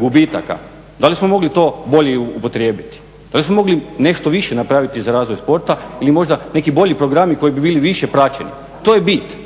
gubitaka da li smo mogli to bolje upotrijebiti? Da li smo mogli nešto više napraviti za razvoj sporta ili možda neki bolji programi koji bi bili više praćeni? To je bit.